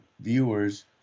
viewers